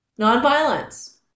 nonviolence